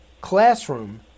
classroom